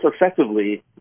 effectively